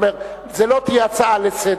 הוא אומר: זו לא תהיה הצעה לסדר-היום,